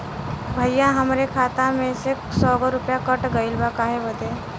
भईया हमरे खाता मे से सौ गो रूपया कट गइल बा काहे बदे?